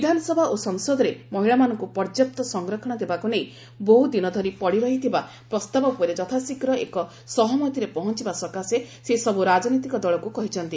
ବିଧାନସଭା ଓ ସଂସଦରେ ମହିଳାମାନଙ୍କୁ ପର୍ଯ୍ୟାପ୍ତ ସଂରକ୍ଷଣ ଦେବାକୁ ନେଇ ବହୁଦିନ ଧରି ପଡିରହିଥିବା ପ୍ରସ୍ତାବ ଉପରେ ଯଥାଶୀଘ୍ର ଏକ ସହମତିରେ ପହଞ୍ଚବା ସକାଶେ ସେ ସବୁ ରାଜନୈତିକ ଦଳକୁ କହିଛନ୍ତି